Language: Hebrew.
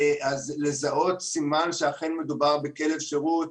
לזהות סימן שאכן מדובר בכלב שירות,